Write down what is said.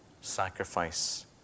sacrifice